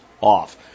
off